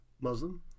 Muslim